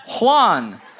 Juan